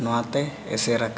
ᱱᱚᱣᱟᱛᱮ ᱮᱥᱮᱨ ᱟᱠᱟᱱᱟ